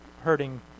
hurting